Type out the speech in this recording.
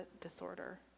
disorder